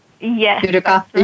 Yes